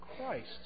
Christ